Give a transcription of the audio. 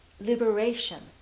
liberation